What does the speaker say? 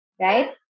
Right